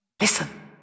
Listen